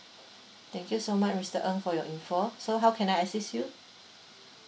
thank you so much mister ng for your info so how can I assist you